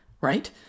right